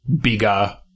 bigger